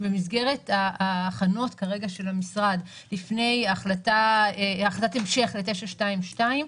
במסגרת ההכנות של המשרד לפני החלטת המשך ל-922,